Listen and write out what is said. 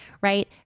right